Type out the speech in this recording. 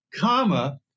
comma